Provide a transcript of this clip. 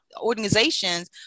organizations